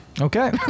Okay